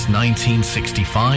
1965